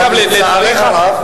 אבל לצערי הרב,